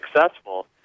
successful